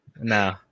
No